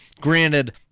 Granted